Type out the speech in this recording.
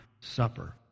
supper